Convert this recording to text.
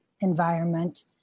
environment